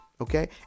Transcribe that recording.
okay